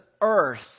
earth